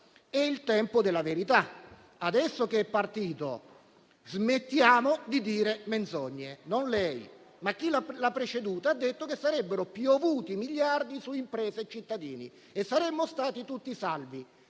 è il tempo della verità. Adesso che è partito, smettiamo di dire menzogne. Non lei, ma chi l'ha preceduta ha detto che sarebbero piovuti miliardi su imprese e cittadini e che saremmo stati tutti salvi.